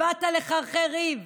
באת לחרחר ריב.